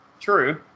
True